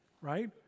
right